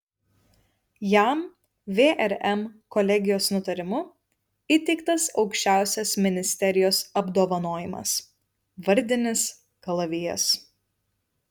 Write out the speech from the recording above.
jam vrm kolegijos nutarimu įteiktas aukščiausias ministerijos apdovanojimas vardinis kalavijas